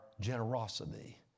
generosity